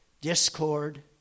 discord